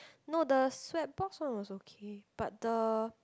no the Sweat box one was okay but the